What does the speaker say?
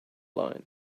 line